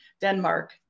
Denmark